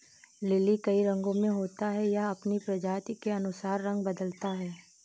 lily कई रंगो में होता है, यह अपनी प्रजाति के अनुसार रंग बदलता है